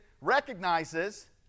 recognizes